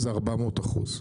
זה 400 אחוז,